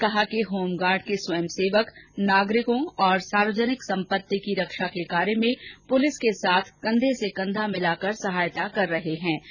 उन्होंने कहा कि होमगार्ड के स्वयंसेवक नागरिकों और सार्वजनिक सम्पति की रक्षा के कार्य में पुलिस के साथ कंधे से कंधा मिलाकर सहायता कर रहे हैं